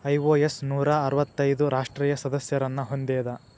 IOS ನೂರಾ ಅರ್ವತ್ತೈದು ರಾಷ್ಟ್ರೇಯ ಸದಸ್ಯರನ್ನ ಹೊಂದೇದ